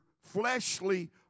fleshly